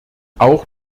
auch